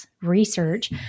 research